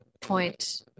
point